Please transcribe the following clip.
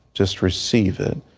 just received that.